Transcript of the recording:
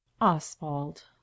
Oswald